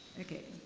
okay.